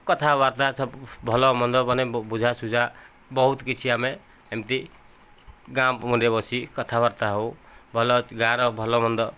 କଥା ବାର୍ତ୍ତା ଭଲ ମନ୍ଦ ମାନେ ବୁଝା ସୁଝା ବହୁତ କିଛି ଆମେ ଏମିତି ଗାଁ ମୁଣ୍ଡରେ ବସି କଥା ବାର୍ତ୍ତା ହେଉ ଭଲ ଗାଁ ର ଭଲ ମନ୍ଦ